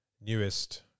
newest